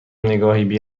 نگاهی